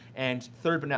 and third, but